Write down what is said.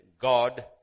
God